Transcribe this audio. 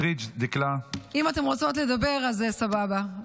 אם אתן רוצות לדבר, אז סבבה.